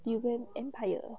you went empire